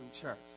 church